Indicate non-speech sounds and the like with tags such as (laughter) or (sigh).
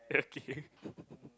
okay (laughs)